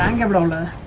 and gondola